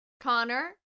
Connor